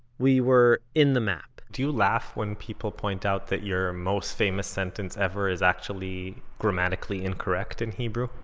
we were in the map do you laugh when people point out that your most famous sentence ever is actually grammatically incorrect in hebrew?